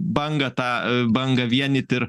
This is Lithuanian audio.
bangą tą bangą vienyt ir